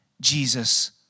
Jesus